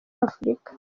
afurika